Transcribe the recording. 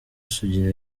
sugira